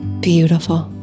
beautiful